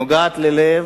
נוגעת ללב.